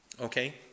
Okay